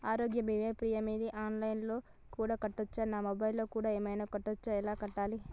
ఆరోగ్య బీమా premium online లో కూడా కట్టచ్చా? నా మొబైల్లో కూడా ఏమైనా కట్టొచ్చా? ఎలా కట్టాలి?